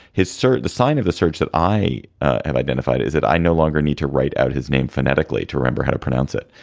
his sir, the sign of the surge that i have identified is that i no longer need to write out his name phonetically to remember how to pronounce it.